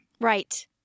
Right